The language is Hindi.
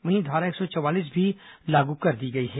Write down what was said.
वहीं धारा एक सौ चवालीस भी लागू कर दी गई है